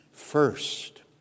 First